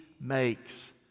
makes